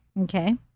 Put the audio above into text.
Okay